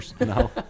No